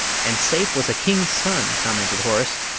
and seyf was a king's son! commented horace.